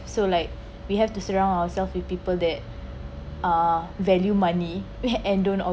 so like we have to surround ourselves with people that are value money and don't